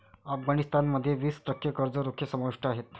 अफगाणिस्तान मध्ये वीस टक्के कर्ज रोखे समाविष्ट आहेत